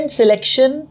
selection